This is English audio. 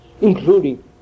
including